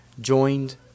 joined